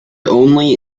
only